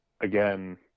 again